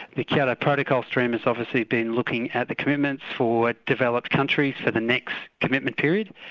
the kyoto protocol stream has obviously been looking at the commitments for developed countries for the next commitment period,